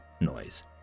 noise